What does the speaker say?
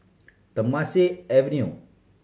Temasek Avenue